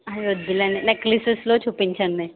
అవొద్దులెండి నక్లిసిస్లో చూపించండి